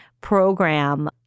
program